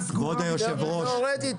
כבוד היושב ראש,